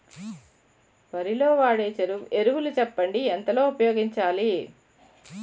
వరిలో వాడే ఎరువులు చెప్పండి? ఎంత లో ఉపయోగించాలీ?